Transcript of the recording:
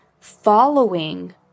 following